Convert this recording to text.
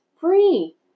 free